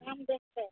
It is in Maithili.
नाम देखिकऽ